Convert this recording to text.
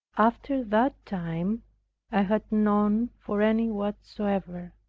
after that time i had none for any whatsoever.